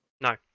No